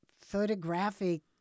photographic